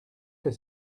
que